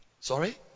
Sorry